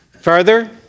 Further